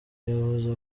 yavuze